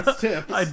tips